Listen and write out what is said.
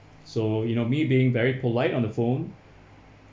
so you know me being very polite on the phone